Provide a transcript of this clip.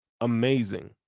amazing